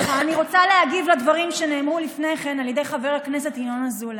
אני רוצה להגיב על הדברים שנאמרו לפני כן על ידי חבר הכנסת ינון אזולאי.